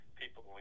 people